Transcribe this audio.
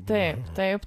taip taip